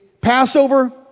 Passover